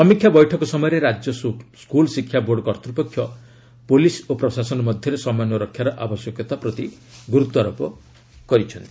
ସମୀକ୍ଷା ବୈଠକ ସମୟରେ ରାଜ୍ୟ ସ୍କୁଲ୍ ଶିକ୍ଷା ବୋର୍ଡ଼ କର୍ତ୍ତପକ୍ଷ ପୁଲିସ୍ ଓ ପ୍ରଶାସନ ମଧ୍ୟରେ ସମନ୍ୱୟ ରକ୍ଷାର ଆବଶ୍ୟକତା ପ୍ରତି ଗୁରୁତ୍ୱ ଆରୋପ କରାଯାଇଥିଲା